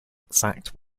exact